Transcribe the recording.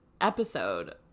episode